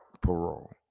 parole